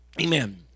Amen